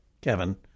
Kevin